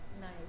Nice